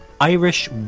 Irish